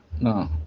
no